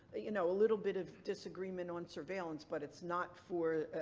you know, a little bit of disagreement on surveillance, but it's not for.